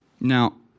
Now